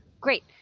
Great